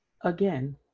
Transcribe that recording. again